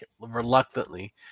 reluctantly